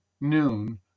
noon